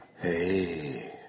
Hey